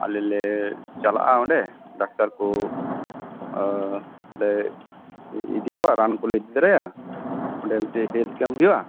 ᱟᱞᱮ ᱞᱮ ᱪᱟᱞᱟᱜᱼᱟ ᱚᱸᱰᱮ ᱰᱟᱠᱛᱟᱨ ᱠᱚ ᱞᱮ ᱤᱫᱤ ᱠᱚᱣᱟ ᱨᱟᱱ ᱠᱚᱞᱮ ᱤᱫᱤ ᱫᱟᱨᱟᱭᱟ ᱚᱸᱰᱮ ᱢᱤᱫᱴᱮᱡ ᱦᱮᱞᱛᱷ ᱠᱮᱢᱯ ᱦᱩᱭᱩᱜᱼᱟ